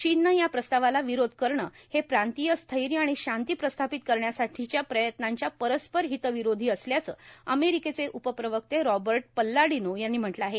चीननं या प्रस्तावाला विरोध करणं हे प्रांतिय स्थैर्य आणि शांती प्रस्थापित करण्यासाठीच्या प्रयत्नांच्या परस्पर हित विरोधी असल्याचं अमेरिकेचे उपप्रवक्ते रॉबर्ट पल्लाडीनो यांनी म्हटलं आहे